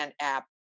app